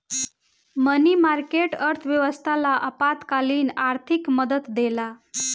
मनी market, अर्थव्यवस्था ला अल्पकालिक आर्थिक मदद देला